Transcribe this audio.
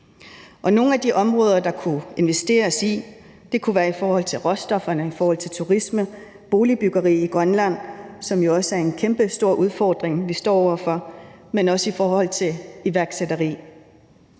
Nogle af de områder, der kunne investeres i, kunne være i forhold til råstoffer, i forhold til turisme og i forhold til boligbyggeri i Grønland, som jo også en kæmpestor udfordring, vi står over for, men også i forhold til iværksætteri.